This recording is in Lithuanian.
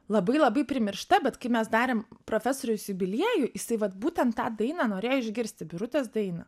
labai labai primiršta bet kai mes darėm profesoriaus jubiliejų jisai vat būtent tą dainą norėjo išgirsti birutės dainą